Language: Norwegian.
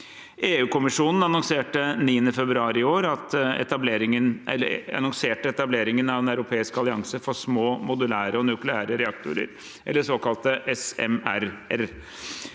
EU-kommisjonen annonserte 9. februar i år etableringen av en europeisk allianse for små, modulære nukleære reaktorer, eller såkalte SMR.